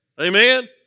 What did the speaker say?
Amen